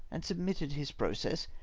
and submitted his process,